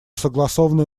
согласованный